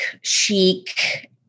chic